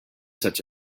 such